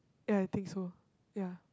ya I think so ya